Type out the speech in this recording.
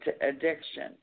addiction